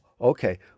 okay